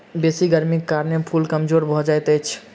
बेसी गर्मीक कारणें फूल कमजोर भअ जाइत अछि